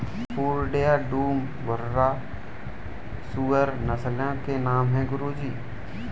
पूर्णिया, डूम, घुर्राह सूअर नस्लों के नाम है गुरु जी